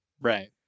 Right